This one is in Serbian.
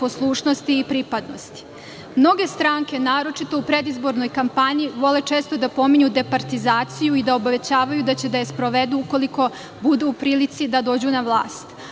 poslušnosti i pripadnosti. Mnoge stranke, naročito u predizbornoj kampanji, vole često da pominju departizaciju i da obećavaju da će da je sprovedu ukoliko budu u prilici da dođu na vlast,